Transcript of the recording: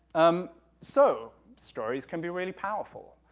um, so, stories can be really powerful,